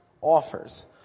Offers